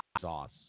sauce